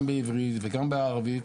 גם בעברית וגם בערבית